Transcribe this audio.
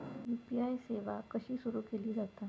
UPI सेवा कशी सुरू केली जाता?